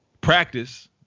practice